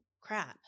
crap